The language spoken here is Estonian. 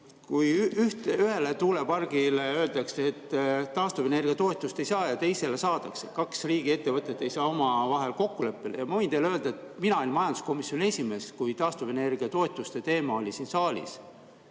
Ühele tuulepargile öeldakse, et taastuvenergia toetust ei saa, ja teisele, et saab. Kaks riigiettevõtet ei saa omavahel kokkuleppele. Ma võin teile öelda, et mina olin majanduskomisjoni esimees, kui taastuvenergia toetuste teema oli siin saalis.